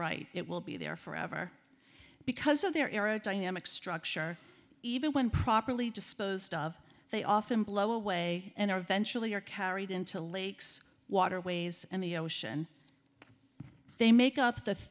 right it will be there forever because of their aerodynamic structure even when properly disposed of they often blow away and eventually are carried into lakes waterways and the ocean they make up the